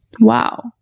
wow